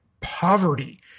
poverty